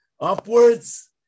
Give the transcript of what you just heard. upwards